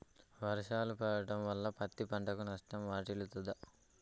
వర్షాలు పడటం వల్ల పత్తి పంటకు నష్టం వాటిల్లుతదా?